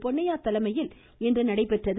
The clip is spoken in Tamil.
பொன்னையா தலைமையில் இன்று நடைபெற்றது